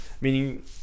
Meaning